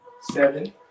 Seven